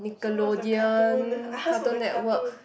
so what is the cartoon I ask for the cartoon